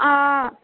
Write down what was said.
अऽ